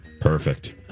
Perfect